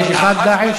יש אחד "דאעש"?